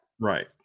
right